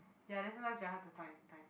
ya then sometime very hard to find time